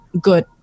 good